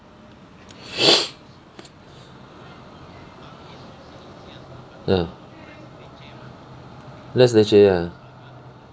ya less leceh ah